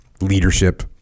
leadership